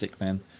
man